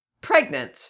pregnant